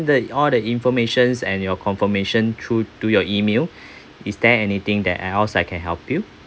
the all the informations and your confirmation through to your email is there anything that I else I can help you